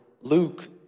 Luke